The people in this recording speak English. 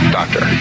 doctor